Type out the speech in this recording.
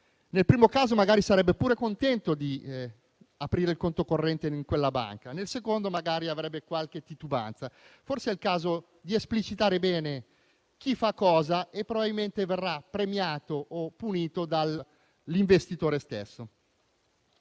Nel primo caso, magari sarebbe pure contento di aprire il conto corrente in quella banca; nel secondo, magari avrebbe qualche titubanza. Forse è il caso di esplicitare bene chi fa cosa e probabilmente verrà premiato o punito dall'investitore stesso.